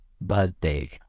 Birthday